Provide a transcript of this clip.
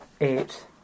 Eight